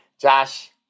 josh